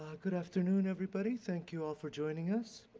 ah good afternoon everybody. thank you all for joining us.